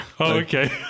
Okay